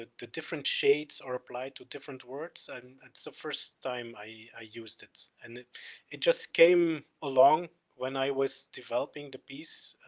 ah the different shades are applied to different words and that's the first time i, i used it and it it just came along when i was developing the piece,